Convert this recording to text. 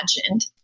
imagined